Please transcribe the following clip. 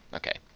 okay